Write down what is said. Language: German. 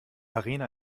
arena